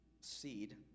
seed